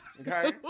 okay